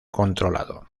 controlado